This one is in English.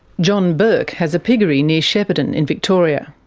john bourke has a piggery near shepparton, in victoria.